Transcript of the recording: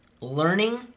learning